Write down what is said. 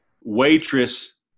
Waitress